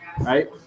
Right